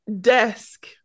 desk